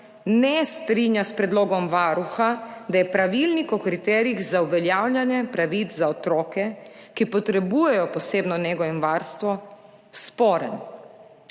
»ne strinja s predlogom Varuha, da je Pravilnik o kriterijih za uveljavljanje pravic za otroke, ki potrebujejo posebno nego in varstvo, sporen«.